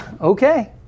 Okay